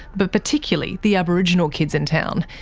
but particularly the aboriginal kids in town,